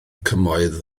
cymoedd